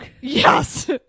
yes